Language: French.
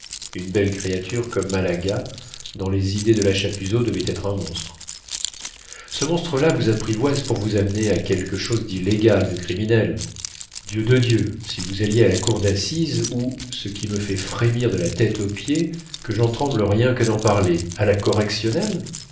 une belle créature comme malaga dans les idées de la chapuzot devait être un monstre ce monstre-là vous apprivoise pour vous amener à quelque chose d'illégal de criminel dieu de dieu si vous alliez à la cour d'assises ou ce qui me fait frémir de la tête aux pieds que j'en tremble rien que d'en parler à la correctionnelle